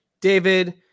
David